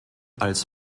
als